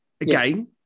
Again